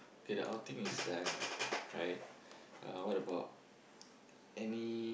okay the outing is done right uh what about any